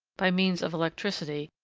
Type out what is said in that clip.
by means of electricity,